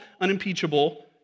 unimpeachable